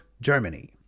Germany